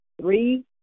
Three